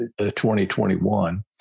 2021